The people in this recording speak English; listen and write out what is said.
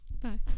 Bye